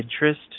interest